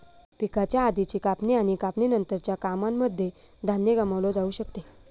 पिकाच्या आधीची कापणी आणि कापणी नंतरच्या कामांनमध्ये धान्य गमावलं जाऊ शकत